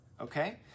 okay